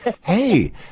hey